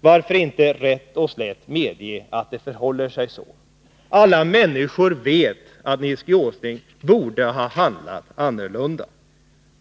Varför inte rätt och slätt medge att det förhåller sig så? Alla människor vet att Nils G. Åsling borde ha handlat annorlunda.